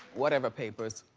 whatever papers.